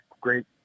great